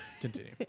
Continue